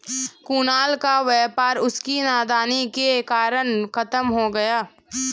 कुणाल का व्यापार उसकी नादानी के कारण खत्म हो गया